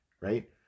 right